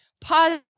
pause